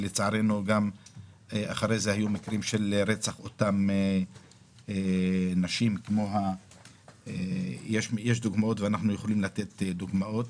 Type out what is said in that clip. ולצערנו אחרי זה היו מקרים של רצח אותן נשים ואנחנו יכולים לתת דוגמאות.